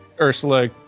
Ursula